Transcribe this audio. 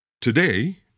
Today